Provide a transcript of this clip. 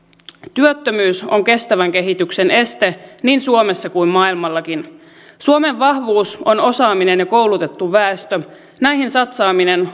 työttömyys on kestävän kehityksen este niin suomessa kuin maailmallakin suomen vahvuus on osaaminen ja koulutettu väestö näihin satsaaminen